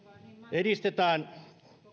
edistetään